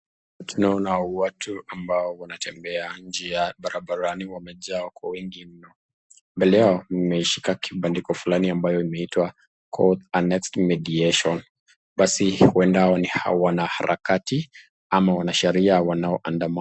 Tunaona watu ambao wanatembea njia barabarani wamejaa kwa wingi mno, mbele yao wameshika kibandiko fulani ambayo imeitwa Court Annexed Mediation basi huenda hawa ni wana harakati au wanasheria wanaoandamana.